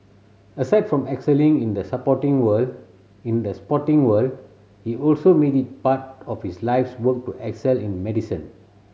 aside from excelling in the supporting world in the sporting world he also made it part of his life's work to excel in medicine